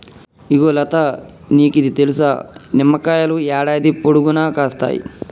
ఇగో లతా నీకిది తెలుసా, నిమ్మకాయలు యాడాది పొడుగునా కాస్తాయి